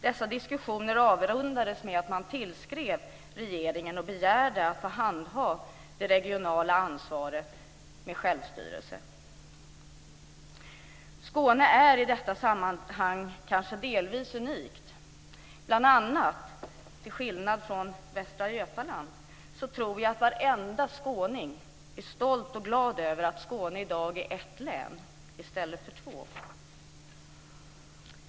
Dessa diskussioner avrundades med att man tillskrev regeringen och begärde att få handha det regionala ansvaret med självstyrelse. Skåne är i detta sammanhang kanske delvis unikt. Till skillnad från bl.a. Västra Götaland tror jag att varenda skåning är stolt och glad över att Skåne i dag är ett län i stället för två.